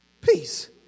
peace